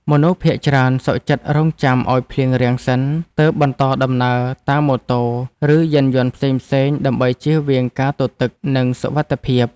មនុស្សភាគច្រើនសុខចិត្តរង់ចាំឱ្យភ្លៀងរាំងសិនទើបបន្តដំណើរតាមម៉ូតូ ឬយានយន្ដផ្សេងៗដើម្បីជៀសវាងការទទឹកនិងសុវត្ថិភាព។